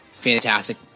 fantastic